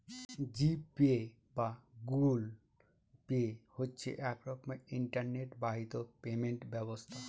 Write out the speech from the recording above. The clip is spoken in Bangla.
জি পে বা গুগল পে হচ্ছে এক রকমের ইন্টারনেট বাহিত পেমেন্ট ব্যবস্থা